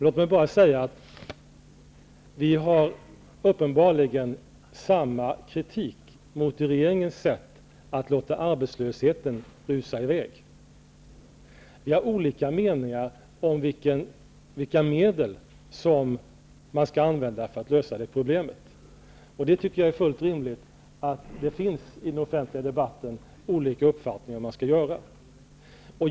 Låt mig bara säga att vi uppenbarligen har samma kritik mot regeringens sätt att låta arbetslösheten rusa i väg. Vi har olika meningar om vilka medel man skall använda för att lösa problemet. Jag tycker att det är fullt rimligt att det i den offentliga debatten finns olika meningar om hur man skall göra.